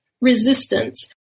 resistance